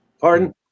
Pardon